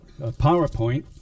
PowerPoint